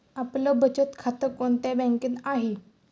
आपलं बचत खातं कोणत्या बँकेत आहे?